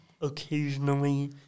occasionally